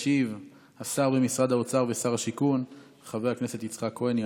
ישיב השר במשרד האוצר ושר השיכון חבר הכנסת יצחק כהן,